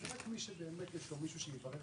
ולכן אני מבקש אם אפשר להצביע.